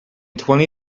twenty